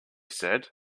said